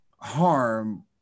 harm